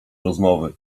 rozmowy